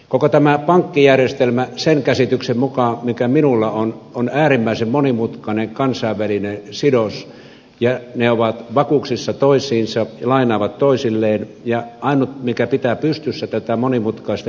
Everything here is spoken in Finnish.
koko tämä pankkijärjestelmä sen käsityksen mukaan mikä minulla on on äärimmäisen monimutkainen kansainvälinen sidos ja ne ovat vakuuksissa toisiinsa ja lainaavat toisilleen ja ainut mikä pitää pystyssä tätä monimutkaista järjestelmää on luottamus